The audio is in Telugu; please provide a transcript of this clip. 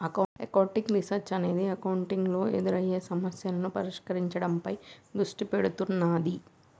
అకౌంటింగ్ రీసెర్చ్ అనేది అకౌంటింగ్ లో ఎదురయ్యే సమస్యలను పరిష్కరించడంపై దృష్టి పెడుతున్నాది